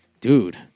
dude